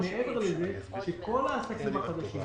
מעבר לזה שכל העסקים החדשים,